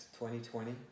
2020